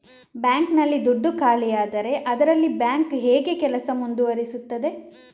Bank ನಲ್ಲಿ ದುಡ್ಡು ಖಾಲಿಯಾದರೆ ಅದರಲ್ಲಿ ಬ್ಯಾಂಕ್ ಹೇಗೆ ಕೆಲಸ ಮುಂದುವರಿಸುತ್ತದೆ?